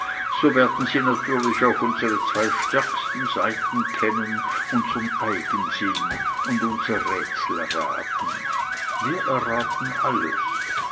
so werden sie natürlich auch unsere zwei stärksten seiten kennen unseren eigensinn und unser rätselraten wir erraten alles